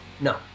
No